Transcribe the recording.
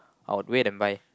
I'll wait and buy